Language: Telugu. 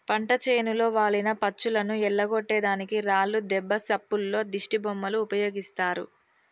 పంట చేనులో వాలిన పచ్చులను ఎల్లగొట్టే దానికి రాళ్లు దెబ్బ సప్పుల్లో దిష్టిబొమ్మలు ఉపయోగిస్తారు